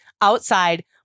outside